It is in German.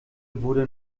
wurde